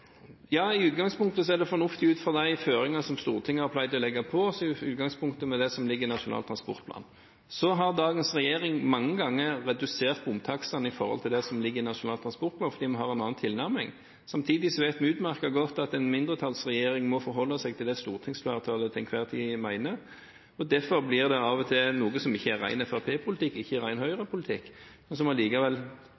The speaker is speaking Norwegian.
Ja, i utgangspunktet er det fornuftig, ut fra de føringer som Stortinget har pleid å legge på oss med utgangspunkt i det som ligger i Nasjonal transportplan. Så har dagens regjering mange ganger redusert bomtakstene i forhold til det som ligger i Nasjonal transportplan, fordi vi har en annen tilnærming. Samtidig vet vi utmerket godt at en mindretallsregjering må forholde seg til det stortingsflertallet til enhver tid mener, og derfor blir det av og til noe som ikke er ren fremskrittspartipolitikk eller ren Høyre-politikk, men som allikevel,